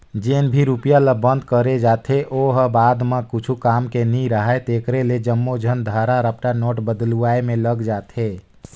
जेन भी रूपिया ल बंद करे जाथे ओ ह बाद म कुछु काम के नी राहय तेकरे ले जम्मो झन धरा रपटा नोट बलदुवाए में लग जाथे